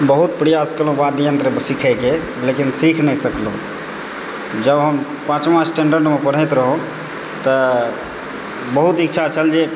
बहुत प्रयास केलहुँ वाद्ययंत्र सीखैके लेकिन सीख नहि सकलहुँ जँ हम पाँचमा स्टैण्डर्डमे पढ़ैत रहौ तऽ बहुत इच्छा छल जे